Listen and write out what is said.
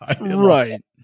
right